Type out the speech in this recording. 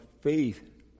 faith